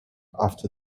after